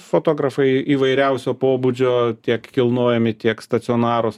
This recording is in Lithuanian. fotografai įvairiausio pobūdžio tiek kilnojami tiek stacionarūs